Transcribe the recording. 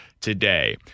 today